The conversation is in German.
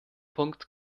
punkt